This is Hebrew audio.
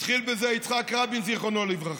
התחיל בזה יצחק רבין, זיכרונו לברכה,